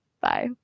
bye